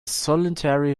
solitary